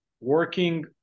working